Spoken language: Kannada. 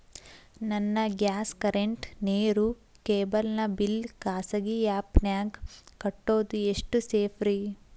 ನನ್ನ ಗ್ಯಾಸ್ ಕರೆಂಟ್, ನೇರು, ಕೇಬಲ್ ನ ಬಿಲ್ ಖಾಸಗಿ ಆ್ಯಪ್ ನ್ಯಾಗ್ ಕಟ್ಟೋದು ಎಷ್ಟು ಸೇಫ್ರಿ?